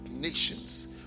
Nations